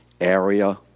area